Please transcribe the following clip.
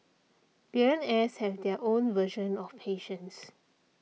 billionaires have their own version of patience